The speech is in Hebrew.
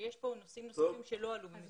שיש כאן נושאים נוספים שלא עלו במסגרת הדיון.